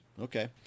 Okay